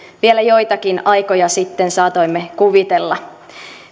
vielä joitakin aikoja sitten saatoimme kuvitella